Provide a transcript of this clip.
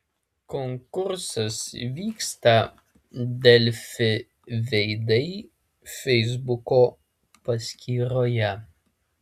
konkursas vyksta delfi veidai feisbuko paskyroje